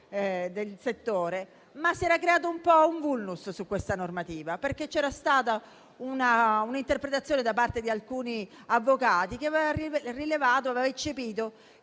del settore, ma si era creato un *vulnus* su questa normativa, perché c'era stata un'interpretazione da parte di alcuni avvocati che aveva eccepito